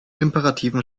imperativen